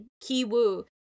Ki-woo